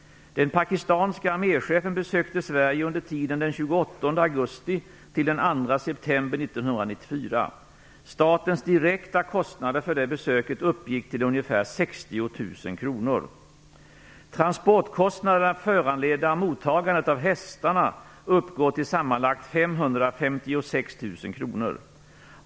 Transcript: Den pakistanske arméchefen besökte 1994. Statens direkta kostnader för det besöket uppgick till ungefär 60 000 kr. Transportkostnaderna föranledda av mottagandet av hästarna uppgår till sammanlagt 556 000 kr.